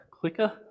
clicker